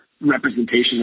representation